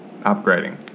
Upgrading